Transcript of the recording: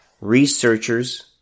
researchers